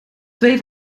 twee